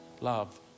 Love